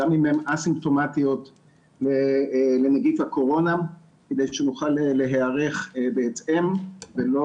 גם אם הן א-סימפטומטיות לנגיף הקורונה כדי שנוכל להיערך בהתאם ולא